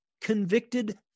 convicted